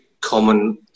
common